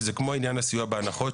שזה כמו עניין הסיוע בהנחות,